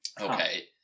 Okay